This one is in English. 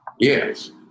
Yes